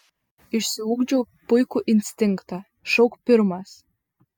išsiugdžiau puikų instinktą šauk pirmas